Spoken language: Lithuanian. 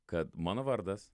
kad mano vardas